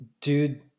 Dude